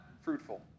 fruitful